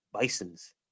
Bisons